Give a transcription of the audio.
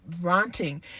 ranting